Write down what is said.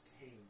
tame